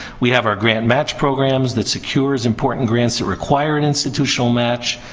we have our grant match programs that secures important grants that require an institutional match.